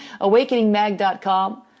AwakeningMag.com